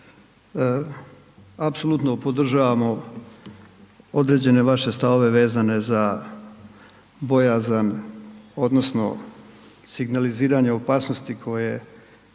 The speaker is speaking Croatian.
Apsolutno podržavamo određene vaše stavove vezane za bojazan odnosno signaliziranje opasnosti koje u